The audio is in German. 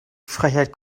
frechheit